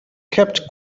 kept